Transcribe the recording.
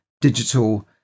digital